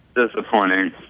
disappointing